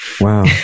Wow